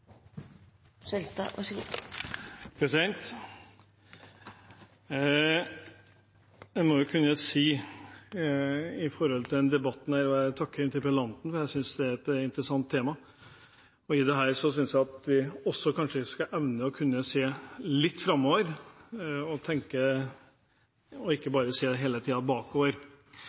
debatten – og jeg takker interpellanten, for jeg synes det er et interessant tema – synes jeg at vi skal evne å se litt framover og